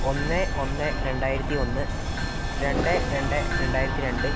ഒന്ന് ഒന്ന് രണ്ടായിരത്തി ഒന്ന് രണ്ട് രണ്ട് രണ്ടായിരത്തി രണ്ട്